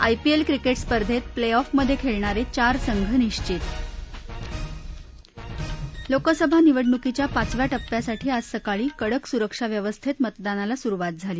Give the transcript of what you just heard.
IPL cricket स्पर्धेत play off मधे खेळणारे चार संघ निश्वित लोकसभा निवडणूकीच्या पाचव्या टप्प्यासाठी आज सकाळी कडक सुरक्षा व्यवस्थेत मतदानाला सुरुवात झाली